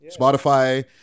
Spotify